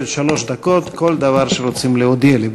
שלוש דקות כל דבר שרוצים להודיע לי.